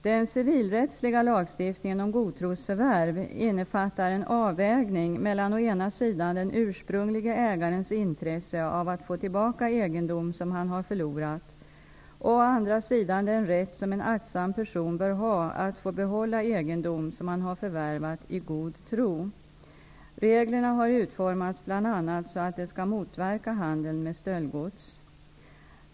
Den civilrättsliga lagstiftningen om godtrosförvärv innefattar en avvägning mellan å ena sidan den ursprunglige ägarens intresse av att få tillbaka egendom som han har förlorat och å andra sidan den rätt som en aktsam person bör ha att få behålla egendom som han har förvärvat i god tro. Reglerna har utformats bl.a. så att de skall motverka handeln med stöldgods.